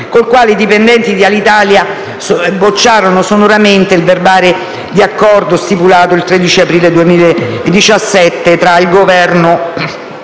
il quale i dipendenti di Alitalia bocciarono sonoramente il verbale di accordo stipulato il 13 aprile 2017 tra il Governo,